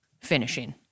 finishing